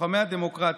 לוחמי הדמוקרטיה,